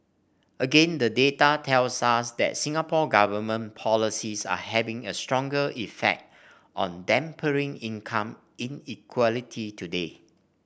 again the data tells us that Singapore Government policies are having a stronger effect on dampening income inequality today